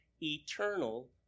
eternal